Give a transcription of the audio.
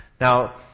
Now